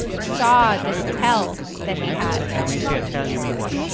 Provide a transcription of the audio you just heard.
saw this tell that he had and when you say a tell, you mean what?